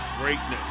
greatness